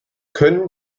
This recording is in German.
können